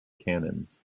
canons